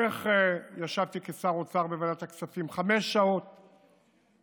איך ישבתי כשר אוצר בוועדת הכספים חמש שעות והקשבתי,